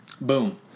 boom